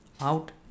out